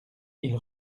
ils